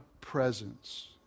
presence